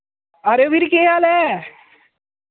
आर्यवीर केह् हाल ऐ